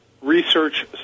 Research